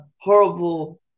horrible